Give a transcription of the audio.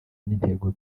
n’intego